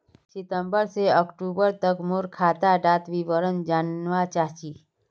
सितंबर से अक्टूबर तक मोर खाता डार विवरण जानवा चाहची?